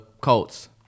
Colts